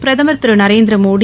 பிரதமர் திரு நரேந்திரமோடி